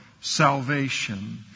salvation